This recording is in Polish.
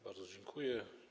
Bardzo dziękuję.